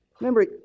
Remember